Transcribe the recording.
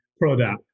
product